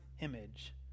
image